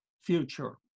future